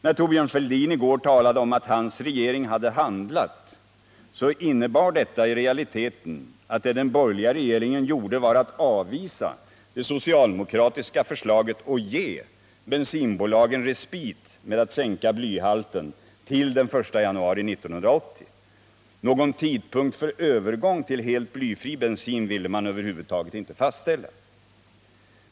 När Thorbjörn Fälldin i går talade om att hans regering hade handlat, så innebar detta i realiteten att vad den borgerliga regeringen gjorde var att avvisa det socialdemokratiska förslaget och ge bensinbolagen respit med att sänka blyhalten till den 1 januari 1980. Någon tidpunkt för övergång till helt blyfri bensin ville man över huvud taget inte fastställa.